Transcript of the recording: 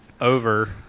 over –